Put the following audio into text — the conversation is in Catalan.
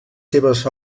seves